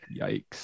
yikes